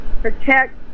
protect